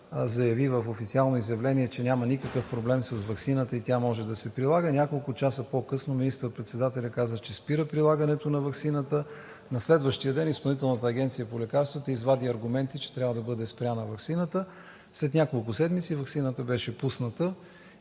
заяви в официално изявление, че няма никакъв проблем с ваксината и тя може да се прилага. Няколко часа по-късно министър-председателят каза, че спира прилагането на ваксината. На следващия ден Изпълнителната агенция по лекарствата извади аргументи, че трябва да бъде спряна. След няколко седмици ваксината беше пусната